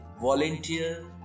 volunteer